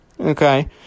Okay